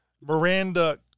Miranda